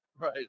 Right